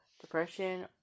depression